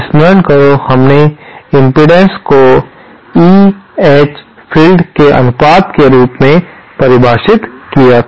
स्मरण करो हमने इम्पीडेन्स को E और H field के अनुपात के रूप में परिभाषित किया था